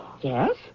Yes